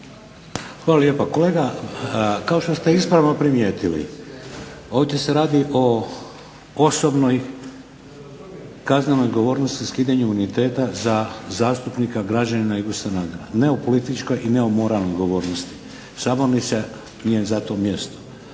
Hvala lijepa. Kolega kao što ste ispravno primijetili ovdje se radi o osobnoj kaznenoj odgovornosti skidanju imuniteta za zastupnika građanina Ivu Sanadera, ne o političkoj i ne o moralnoj odgovornosti, sabornica nije za to mjesto.